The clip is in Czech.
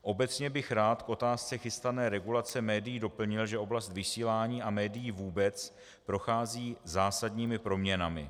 Obecně bych rád k otázce chystané regulace médií doplnil, že oblast vysílání a médií vůbec prochází zásadními proměnami.